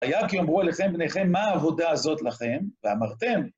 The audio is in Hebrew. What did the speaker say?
והיה כי יאמרו אליכם בניכם, מה העבודה הזאת לכם? ואמרתם...